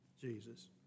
Jesus